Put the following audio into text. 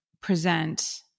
present